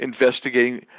investigating